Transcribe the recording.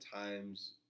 times